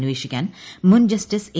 അന്വേഷിക്കാൻ മുൻ justice A